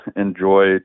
enjoy